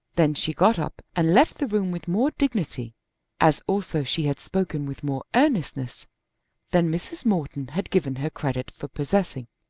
then she got up and left the room with more dignity as also she had spoken with more earnestness than mrs. morton had given her credit for possessing.